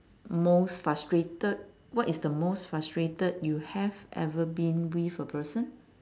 most frustrated what is the most frustrated you have ever been with a person